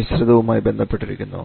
മിശ്രിതവുമായി ബന്ധപ്പെട്ടിരിക്കുന്നു